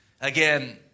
Again